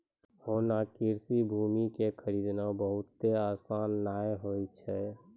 होना कृषि भूमि कॅ खरीदना बहुत आसान नाय होय छै